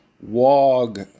WOG